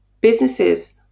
Businesses